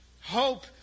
Hope